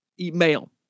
email